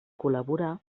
col·laborà